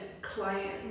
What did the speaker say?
client